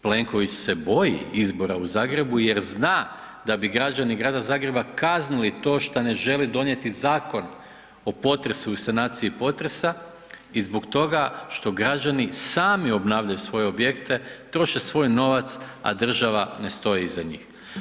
Plenković se boji izbora u Zagrebu jer zna da bi građani Grada Zagreba kaznili to šta ne želi donijeti Zakon o potresu i sanaciji potresa i zbog toga što građani sami obnavljaju svoje objekte, troše svoj novac, a država ne stoji iza njih.